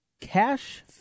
Cash